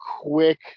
quick